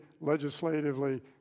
legislatively